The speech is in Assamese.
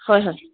হয় হয়